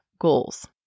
goals